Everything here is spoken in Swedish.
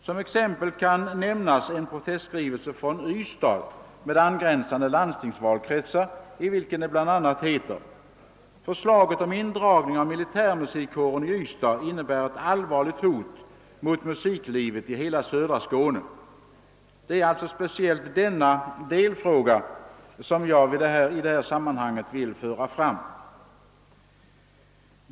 Som exempel kan nämnas en protestskrivelse från Ystad med angränsande landstingsvalkretsar, i vilken det bl.a. heter: »Förslaget om indragning av militärmusikkåren i Ystad innebär ett allvarligt hot mot musiklivet i hela södra Skåne.» Det är speciellt denna delfråga som jag i detta sammanhang vill föra fram.